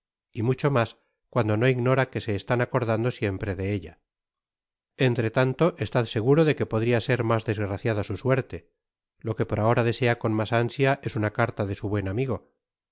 y mucho mas cuando no ignora que se están acordando siempre de ella entretanto estad seguro de que podria ser mas desgraciada su suerte lo que por ahora desea con mas ansia es una carta de su buen amigo